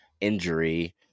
injury